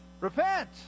Repent